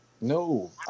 No